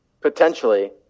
potentially